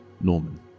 Norman